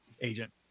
agent